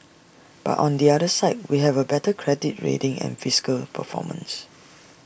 but on the other side we have A better credit rating and fiscal performance